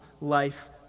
life